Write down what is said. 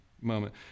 moment